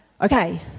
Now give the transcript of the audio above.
Okay